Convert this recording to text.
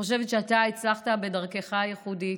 אני חושבת שאתה הצלחת בדרכך הייחודית,